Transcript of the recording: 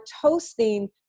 toasting